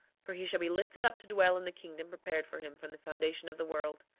for he shall be lifted up to dwell in the kingdom prepared for him from the foundation of the world.